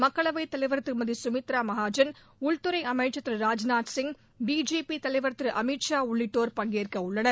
மக்களவைத் தலைவா் திருமதி சுமித்ரா மகாஜன் உள்துறை அமைச்ச் திரு ராஜ்நாத்சிங் பிஜேபி தலைவா் திரு அமித் ஷா உள்ளிட்டோா் பங்கேற்க உள்ளனர்